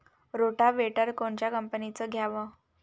Rotavator कोनच्या कंपनीचं घ्यावं?